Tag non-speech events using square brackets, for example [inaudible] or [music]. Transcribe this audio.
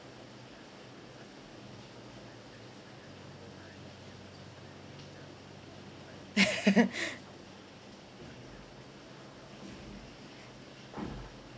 [laughs]